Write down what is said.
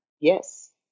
Yes